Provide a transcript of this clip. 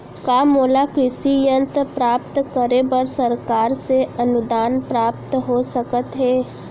का मोला कृषि यंत्र प्राप्त करे बर सरकार से अनुदान प्राप्त हो सकत हे?